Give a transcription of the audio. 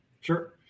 Sure